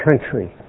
country